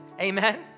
amen